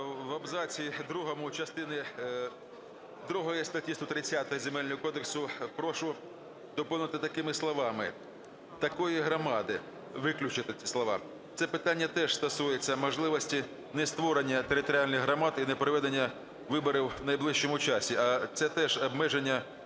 В абзаці другому частини другої статті 130 Земельного кодексу прошу доповнити такими словами: "такої громади", виключити ці слова. Це питання теж стосується можливості нестворення територіальних громад і непроведення виборів в найближчому часі, а це теж обмеження